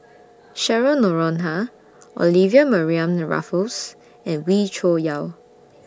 Cheryl Noronha Olivia Mariamne Raffles and Wee Cho Yaw